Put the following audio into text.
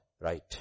right